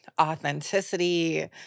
authenticity